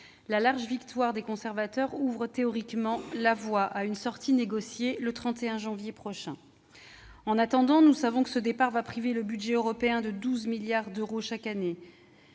La large victoire des conservateurs ouvre théoriquement la voie à une sortie négociée du Royaume-Uni le 31 janvier prochain. En attendant, nous savons déjà que ce départ va priver le budget européen de 12 milliards d'euros chaque année.